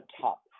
top